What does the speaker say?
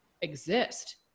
exist